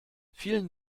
vielen